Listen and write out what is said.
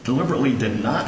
deliberately did not